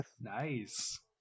nice